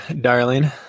darling